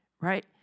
right